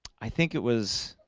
i think it was